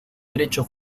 derecho